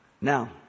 Now